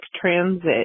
transit